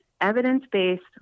evidence-based